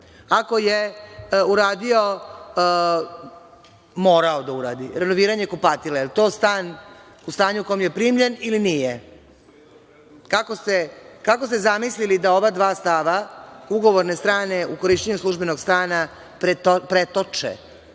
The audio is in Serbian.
Ako je uradio, morao da uradi renoviranje kupatila, da li je to stan u stanju u kom je primljen ili nije? Kako ste zamislili da ova dva stava, ugovorne strane u korišćenju službenog stana pretoče